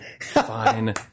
fine